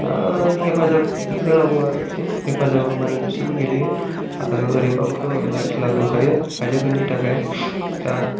हेफाजाब होनांगौ आरोखि हेफाजाब होबानो बिसोरबो गेलेयो आरो ओरैनोबाबोथ' मेरला खेला दंखायो आयजोफोरनि थाखाय दा